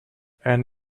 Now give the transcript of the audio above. and